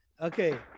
Okay